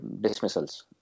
dismissals